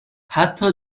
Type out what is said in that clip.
حتی